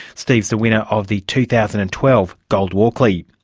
steve is the winner of the two thousand and twelve gold walkley.